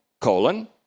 colon